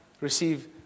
receive